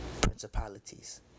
principalities